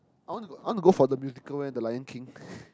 I want to I want to go for the musical eh the Lion King